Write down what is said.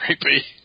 creepy